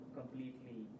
completely